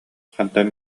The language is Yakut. хантан